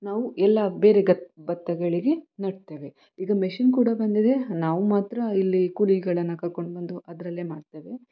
ನಾವು ಎಲ್ಲ ಬೇರೆ ಗತ್ ಭತ್ತಗಳಿಗೆ ನೆಡ್ತೇವೆ ಈಗ ಮೆಷೀನ್ ಕೂಡ ಬಂದಿದೆ ನಾವು ಮಾತ್ರ ಇಲ್ಲಿ ಕೂಲಿಗಳನ್ನು ಕರ್ಕೊಂಡು ಬಂದು ಅದರಲ್ಲೇ ಮಾಡ್ತೇವೆ